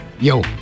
Yo